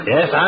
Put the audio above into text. Yes